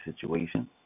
situation